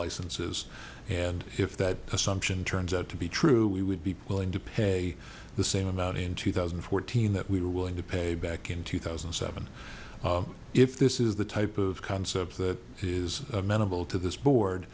licenses and if that assumption turns out to be true we would be pulling to pay the same amount in two thousand and fourteen that we were willing to pay back in two thousand and seven if this is the type of concept that is amenable to this board